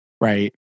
right